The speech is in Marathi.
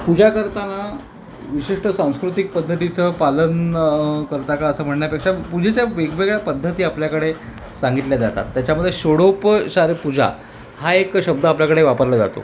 पूजा करताना विशिष्ट सांस्कृतिक पद्धतीचं पालन करता का असं म्हणण्या पेक्षा पूजेच्या वेगवेगळ्या पद्धती आपल्याकडे सांगितल्या जातात त्याच्यामध्ये षडोपचार पूजा हा एक शब्द आपल्याकडे वापरला जातो